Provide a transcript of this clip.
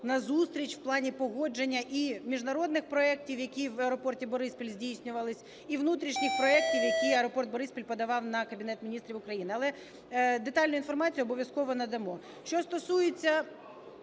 на зустріч у плані погодження і міжнародних проектів, які в аеропорті "Бориспіль" здійснювались, і внутрішніх проектів, які аеропорт "Бориспіль" подавав на Кабінет Міністрів України. Але детальну інформацію обов'язково надамо.